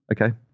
Okay